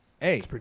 Hey